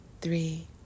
three